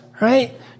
right